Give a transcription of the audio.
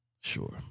Sure